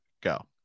go